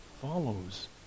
follows